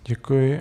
Děkuji.